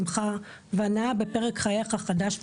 שמחה והנאה בפרק חייך החדש והמאתגר.